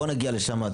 נגיע לשם.